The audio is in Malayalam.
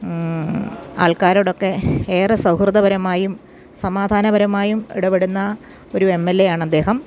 ആൾക്കാരോടൊക്കെ ഏറെ സൗഹൃദപരമായും സമാധാനപരമായും ഇടപെടുന്ന ഒരു എം എൽ എ ആണ് അദ്ദേഹം